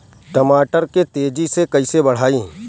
टमाटर के तेजी से कइसे बढ़ाई?